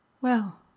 Well